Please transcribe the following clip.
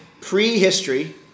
prehistory